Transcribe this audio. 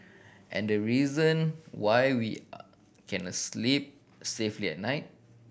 and the reason why we can asleep safely at night